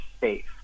safe